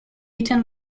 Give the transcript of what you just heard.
eaten